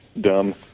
dumb